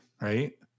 right